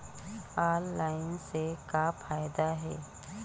Online से का फ़ायदा हे?